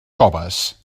coves